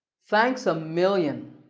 thanks a million.